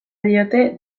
diote